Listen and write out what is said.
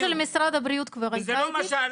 ההתייחסות של משרד הבריאות כבר הייתה היום?